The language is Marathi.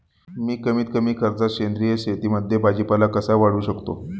मी कमीत कमी खर्चात सेंद्रिय शेतीमध्ये भाजीपाला कसा वाढवू शकतो?